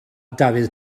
dafydd